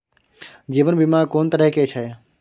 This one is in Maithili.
जीवन बीमा कोन तरह के छै?